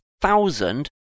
thousand